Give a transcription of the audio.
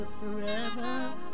forever